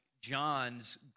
John's